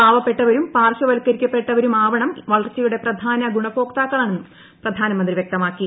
പാവപ്പെട്ടവരും പാർശ്വവത്കരിക്കപ്പെട്ടവരുമാവണം വളർച്ചയുടെ പ്രധാന ഗുണഭോക്താക്കളെന്നും പ്രധാനമന്ത്രി വൃക്തമാക്കി